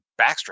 backstrap